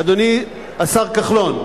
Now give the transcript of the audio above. אדוני השר כחלון,